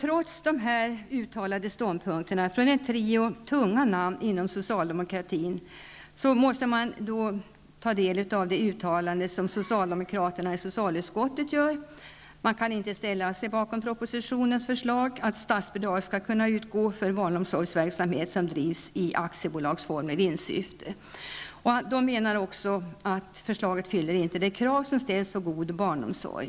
Trots dessa uttalade ståndpunkter från en trio tunga namn inom socialdemokratin gör socialdemokraterna i socialutskottet följande uttalande: De kan inte ställa sig bakom propositionens förslag att statsbidrag skall kunna utgå för barnomsorgsverksamhet som drivs i aktiebolagsform i vinstsyfte. De menar att förslaget inte fyller de krav som ställs på god barnomsorg.